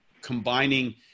combining